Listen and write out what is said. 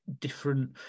different